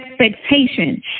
expectation